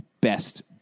best